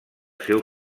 seu